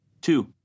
Two